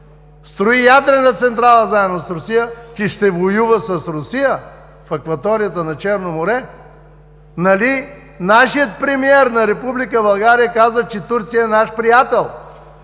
строи ядрена централа заедно с Русия, че ще воюва с Русия в акваторията на Черно море!? Нали нашият премиер – на Република България, каза, че Турция е наш приятел?